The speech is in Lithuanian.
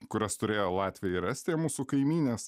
kurias turėjo latvija ir estija mūsų kaimynės